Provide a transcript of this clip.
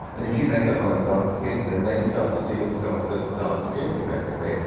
and if you make that arm dark-skinned then they start to see themselves as dark-skinned, effectively,